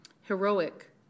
heroic